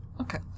Okay